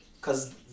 Cause